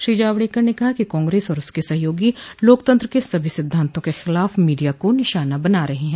श्री जावड़ेकर ने कहा कि कांग्रेस और उसके सहयोगी लोकतंत्र के सभी सिद्धांतों के खिलाफ मीडिया को निशाना बना रहे हैं